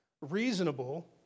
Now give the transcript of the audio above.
Reasonable